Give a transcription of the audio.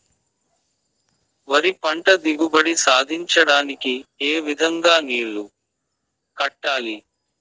వరి పంట దిగుబడి సాధించడానికి, ఏ విధంగా నీళ్లు కట్టాలి?